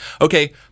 okay